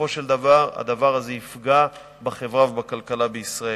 ובסופו של דבר הדבר הזה יפגע בחברה ובכלכלה בישראל.